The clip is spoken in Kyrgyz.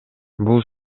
бул